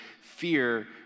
fear